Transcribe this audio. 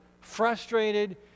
frustrated